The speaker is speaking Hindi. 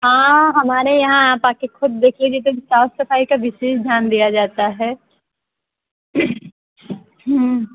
हाँ हमारे यहाँ आप आ कर खुद देखिए एकदम साफ़ सफ़ाई का विशेष ध्यान दिया जाता है